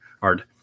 hard